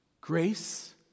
Grace